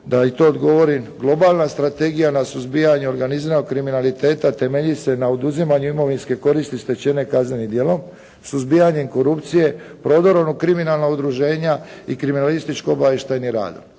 da i to odgovorim, globalna strategija na suzbijanju organiziranog kriminaliteta temelji se na oduzimanju imovinske koristi stečene kaznenim djelom, suzbijanjem korupcije, prodorom u kriminalna udruženja i kriminalističko obavještajnim radom.